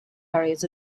areas